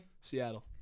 Seattle